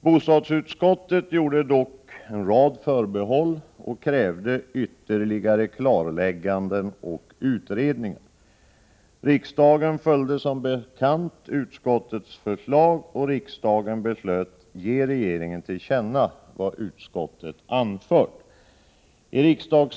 Bostadsut skottet gjorde dock en rad förbehåll och krävde ytterligare klarlägganden och utredning. Riksdagen följde som bekant utskottets förslag, och riksdagen beslöt ge regeringen till känna vad utskottet anfört.